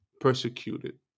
persecuted